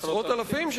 עשרות אלפים.